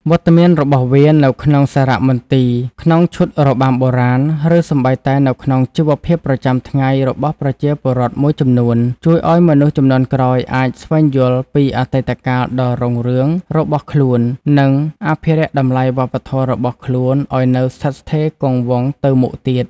វត្តមានរបស់វា នៅក្នុងសារមន្ទីរ ក្នុងឈុតរបាំបុរាណ ឬសូម្បីតែនៅក្នុងជីវភាពប្រចាំថ្ងៃរបស់ប្រជាពលរដ្ឋមួយចំនួន ជួយឱ្យមនុស្សជំនាន់ក្រោយអាច ស្វែងយល់ ពីអតីតកាលដ៏រុងរឿងរបស់ខ្លួន និង អភិរក្សតម្លៃវប្បធម៌ របស់ខ្លួនឱ្យនៅស្ថិតស្ថេរគង់វង្សទៅមុខទៀត។